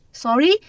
sorry